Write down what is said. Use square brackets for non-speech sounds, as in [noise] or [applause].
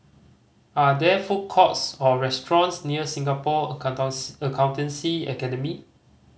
are there food courts or restaurants near Singapore [unintelligible] Accountancy Academy